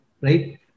right